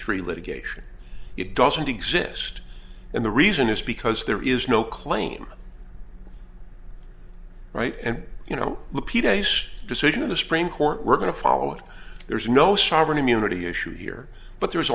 three litigation it doesn't exist and the reason is because there is no claim right and you know the p d s decision of the supreme court we're going to follow it there is no sovereign immunity issue here but there's